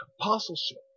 apostleship